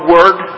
Word